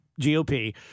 GOP